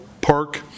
Park